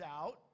out